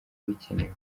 bikenewe